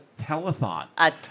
telethon